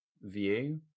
view